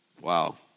Wow